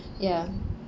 ya